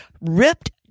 ripped